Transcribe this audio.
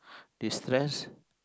destress